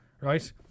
right